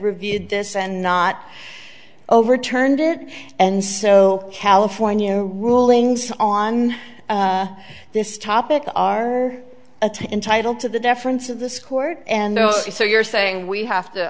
reviewed this and not overturned it and so california rulings on this topic are a to entitled to the deference of this court and so you're saying we have to